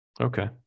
okay